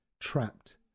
trapped